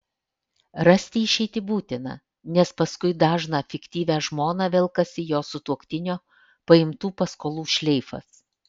rasti išeitį būtina nes paskui dažną fiktyvią žmoną velkasi jos sutuoktinio paimtų paskolų šleifas